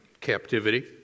captivity